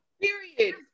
Period